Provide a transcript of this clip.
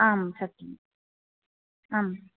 आं सत्यम् आम्